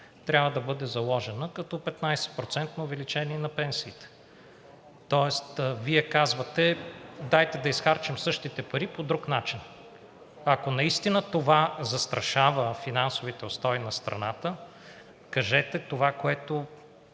трябва да бъде заложена като 15-процентно увеличение на пенсиите, тоест Вие казвате: дайте да изхарчим същите пари по друг начин. Ако наистина това застрашава финансовите устои на страната, кажете това, което